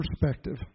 perspective